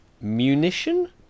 munition